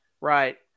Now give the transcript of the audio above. Right